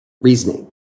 reasoning